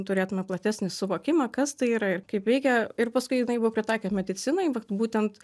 turėtume platesnį suvokimą kas tai yra ir kaip veikia ir paskui jinai buvo pritaikėt medicinai vat būtent